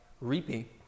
reaping